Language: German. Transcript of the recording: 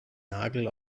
nagel